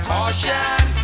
Caution